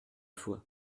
fois